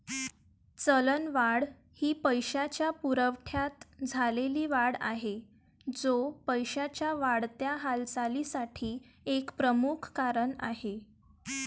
चलनवाढ ही पैशाच्या पुरवठ्यात झालेली वाढ आहे, जो पैशाच्या वाढत्या हालचालीसाठी एक प्रमुख कारण आहे